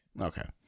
Okay